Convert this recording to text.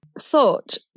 thought